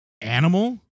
animal